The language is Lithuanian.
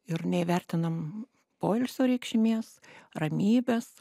ir neįvertinam poilsio reikšmės ramybės